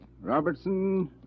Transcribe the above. Robertson